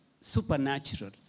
supernatural